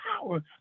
power